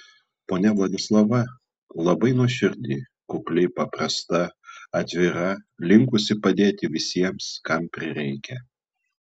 ponia vladislava labai nuoširdi kukli paprasta atvira linkusi padėti visiems kam prireikia